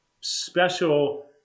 special